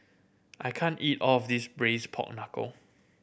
I can't eat all of this Braised Pork Knuckle